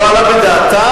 לא עלה בדעתם,